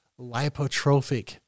lipotrophic